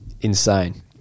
insane